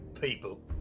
People